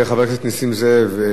אתה בעד ועדת החוץ והביטחון?